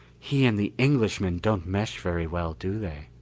he and the englishman don't mesh very well, do they?